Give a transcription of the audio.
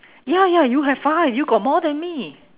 ya ya you have five you got more than me